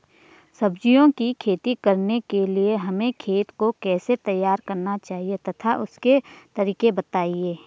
सब्जियों की खेती करने के लिए हमें खेत को कैसे तैयार करना चाहिए तथा उसके तरीके बताएं?